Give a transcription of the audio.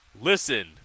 listen